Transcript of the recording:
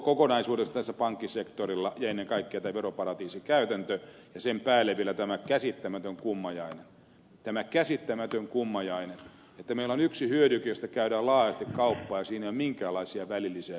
anonymiteettiin kokonaisuudessaan pankkisektorilla ja ennen kaikkea tähän veroparatiisikäytäntöön ja sen päälle vielä tähän käsittämättömään kummajaiseen tähän käsittämättömään kummajaiseen että meillä on yksi hyödyke josta käydään laajasti kauppaa ja siinä ei ole minkäänlaisia välillisiä veroja mukana